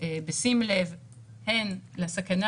כי ברגע שזה נאמר סימן שצריך להגביר את ההסברה,